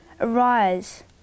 Arise